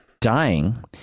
dying